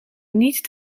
niet